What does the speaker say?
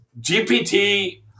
GPT